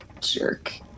Jerk